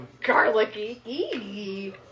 garlicky